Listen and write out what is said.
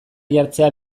jartzea